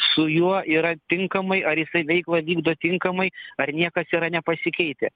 su juo yra tinkamai ar jisai veiklą vykdo tinkamai ar niekas yra nepasikeitę